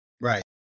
Right